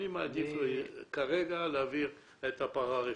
אני מעדיף כרגע להעביר את הפרה-רפואי.